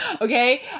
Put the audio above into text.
Okay